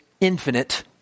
infinite